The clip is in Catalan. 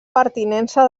pertinença